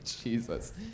Jesus